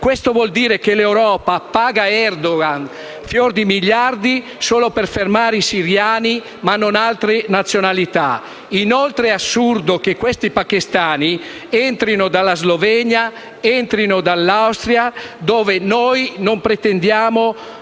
questo vuol dire che l'Europa paga a Erdogan fior di miliardi solo per fermare i siriani, ma non altre nazionalità. Inoltre è assurdo che questi pachistani entrino dalla Slovenia e dall'Austria, dove noi non pretendiamo